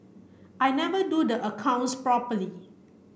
I never do the accounts properly